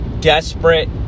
desperate